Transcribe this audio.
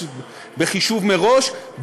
בחישוב מראש,